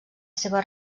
seva